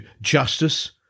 justice